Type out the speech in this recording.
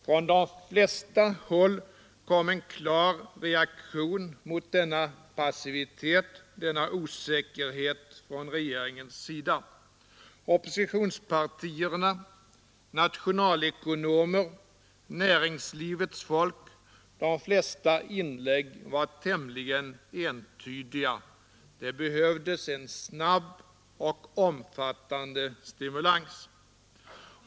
Från de flesta håll kom en klar reaktion mot denna passivitet, denna osäkerhet från regeringens sida. Oppositionspartierna, nationalekonomer, näringslivets folk — de flesta inlägg var tämligen entydiga: det behövdes en snabb och omfattande stimulans.